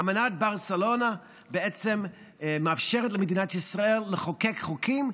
אמנת ברצלונה בעצם מאפשרת למדינת ישראל לחוקק חוקים,